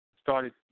started